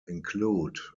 include